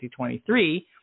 2023